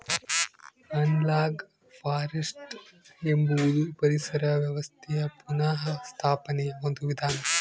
analogue forestry ಎಂಬುದು ಪರಿಸರ ವ್ಯವಸ್ಥೆಯ ಪುನಃಸ್ಥಾಪನೆಯ ಒಂದು ವಿಧಾನ